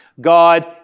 God